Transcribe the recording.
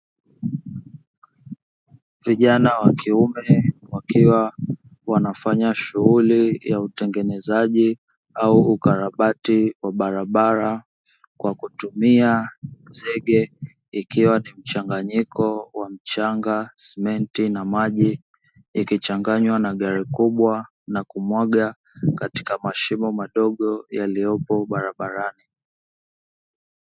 Vijana wa kiume wakiwa wanafanya shughuli ya utengenezaji au ukarabati wa barabara kwa kutumia zege, ikiwa ni mchanganyiko wa mchanga, simenti na maji ikichanganywa na gari kubwa na kumwaga katika mashimo madogo yaliyopo barabarani.